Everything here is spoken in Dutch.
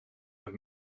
met